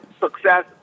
success